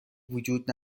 وجود